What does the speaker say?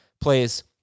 plays